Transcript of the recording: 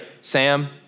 Sam